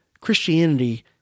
Christianity